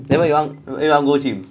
then why you want when you want go gym